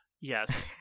Yes